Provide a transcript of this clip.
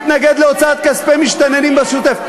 מתנגד להוצאת כספי מסתננים בשוטף.